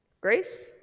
Grace